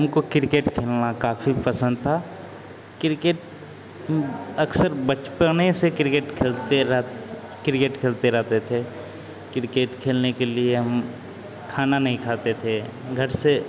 हमको क्रिकेट खेलना काफी पसन्द था क्रिकेट अक्सर बचपन से क्रिकेट खेलते रह क्रिकेट खेलते रहते थे क्रिकेट खेलने के लिए हम खाना नहीं खाते थे घर से